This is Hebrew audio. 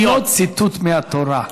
זה לא ציטוט מהתורה.